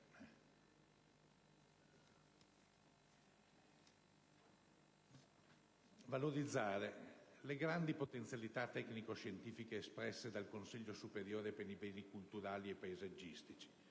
valorizzare le grandi potenzialità tecnico-scientifiche espresse dal Consiglio superiore per i beni culturali e paesaggistici,